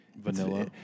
vanilla